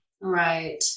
Right